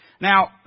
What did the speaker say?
Now